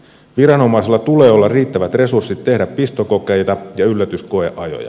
viranomaisella tulee olla riittävät resurssit tehdä pistokokeita ja yllätyskoeajoja